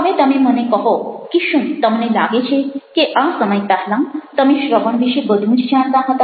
હવે તમે મને કહો કે શું તમને લાગે છે કે આ સમય પહેલાં તમે શ્રવણ વિશે બધું જ જાણતા હતા